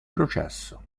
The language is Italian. processo